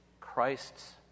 Christ's